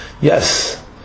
yes